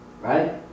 right